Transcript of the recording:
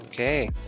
Okay